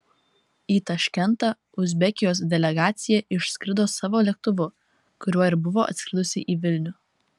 į taškentą uzbekijos delegacija išskrido savo lėktuvu kuriuo ir buvo atskridusi į vilnių